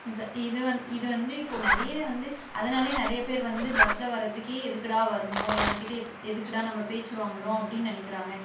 இதை இது வந்து இப்போது நிறைய வந்து அதனாலேயே நிறைய பேர் வந்து பஸ்ஸில் வரதுக்கே எதுக்குடா வரணும் இவங்க கிட்ட எதுக்குடா நம்ம பேச்சு வாங்கணும் அப்படின்னு நினைக்கிறாங்க